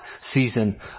season